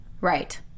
Right